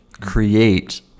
create